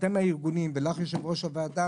מודה לכם הארגונים ולך יושבת ראש הוועדה,